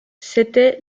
c’était